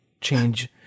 change